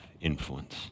influence